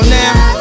now